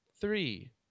Three